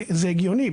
זה הגיוני.